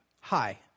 Hi